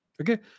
Okay